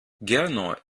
gernot